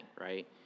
right